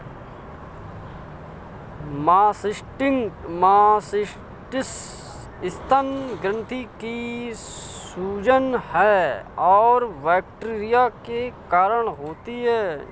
mastitis स्तन ग्रंथि की सूजन है और बैक्टीरिया के कारण होती है